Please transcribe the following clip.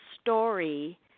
story